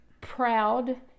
proud